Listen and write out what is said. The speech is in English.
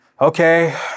Okay